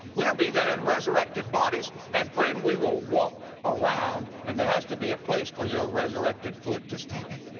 we'll be there in resurrected bodies, and friend we will walk around, and there has to be a place for your resurrected foot to stand.